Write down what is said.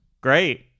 great